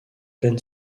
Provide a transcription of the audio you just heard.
penn